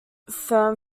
firm